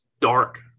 dark